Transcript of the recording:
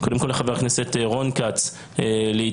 קודם כל לחברי הכנסת רון כץ להתייחס,